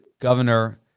governor